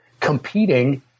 competing